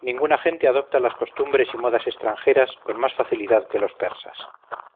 ninguna gente adopta las costumbres y modas extranjeras con más facilidad que los persas